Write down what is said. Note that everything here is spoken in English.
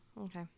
Okay